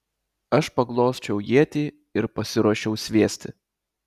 aš paglosčiau ietį ir pasiruošiau sviesti